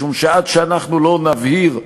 משום שעד שאנחנו לא נבהיר,